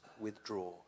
withdraw